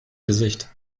gesicht